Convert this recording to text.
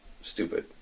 stupid